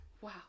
wow